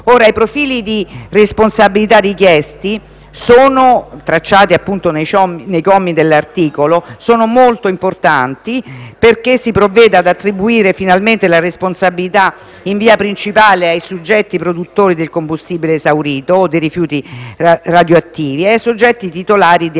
I profili di responsabilità richiesti, tracciati nei commi dell'articolo, sono molto importanti, perché si provvede ad attribuire finalmente la responsabilità in via principale ai soggetti produttori di combustibile esaurito o di rifiuti radioattivi e ai soggetti titolari di autorizzazioni